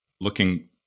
looking